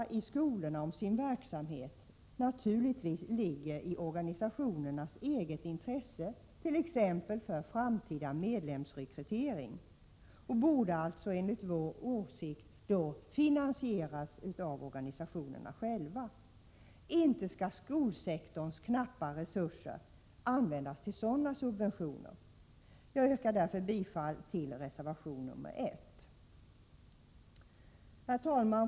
Vi i folkpartiet tycker att det naturligtvis ligger i organisationernas eget intresse att informera i skolorna om sin verksamhet t.ex. för framtida medlemsrekrytering. Denna verksamhet borde enligt vår åsikt finansieras av organisationerna själva. Inte skall skolsektorns knappa resurser användas till sådana subventioner. Jag yrkar därför bifall till reservation 1. Herr talman!